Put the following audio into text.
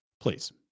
Please